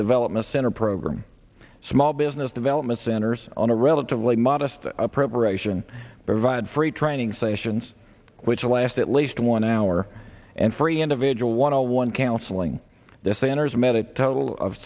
development center program small business development centers on a relatively modest preparation provide free training sessions which will last at least one hour and free individual one on one count sling t